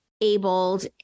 abled